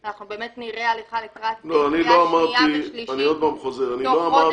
אנחנו באמת נראה הליכה לקראת שנייה ושלישית תוך חודש?